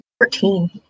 Thirteen